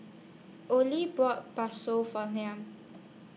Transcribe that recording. Ollie bought Bakso For Mal